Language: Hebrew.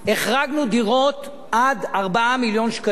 החרגנו דירות עד 4 מיליון שקלים.